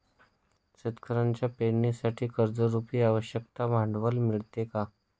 शेतकऱ्यांना पेरणीसाठी कर्जरुपी आवश्यक भांडवल मिळते का?